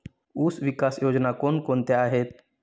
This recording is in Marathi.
ऊसविकास योजना कोण कोणत्या आहेत?